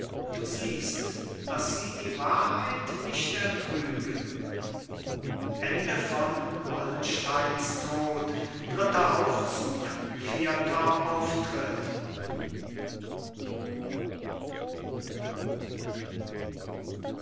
du siehst daß sie die wahrheit nicht ertrüge fünfter auftritt